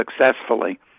successfully